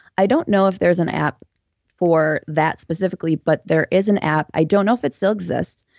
i don't know if there's an app for that specifically, but there is an app. i don't know if it still exists.